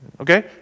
Okay